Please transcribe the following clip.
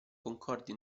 concordi